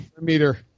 meter